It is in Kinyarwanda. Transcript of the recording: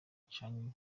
canke